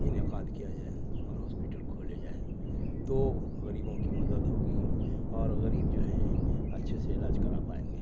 انعقاد کیا جائے اور ہاسپیٹل کھولے جائیں تو غریبوں کی مدد ہوگی اور غریب جو ہیں اچھے سے علاج کرا پائیں گے